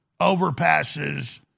overpasses